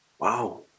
wow